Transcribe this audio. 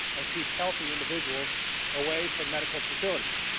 and keep healthy individuals away from medical facilities.